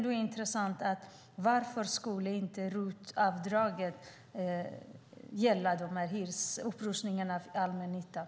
Det intressanta är: Varför skulle inte ROT-avdraget gälla upprustningen av allmännyttan?